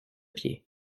pied